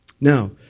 Now